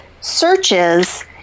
searches